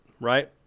right